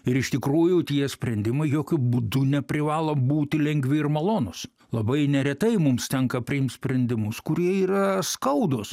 ir iš tikrųjų tie sprendimai jokiu būdu neprivalo būti lengvi ir malonūs labai neretai mums tenka priimt sprendimus kurie yra skaudūs